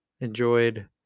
enjoyed